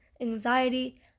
anxiety